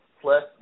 plus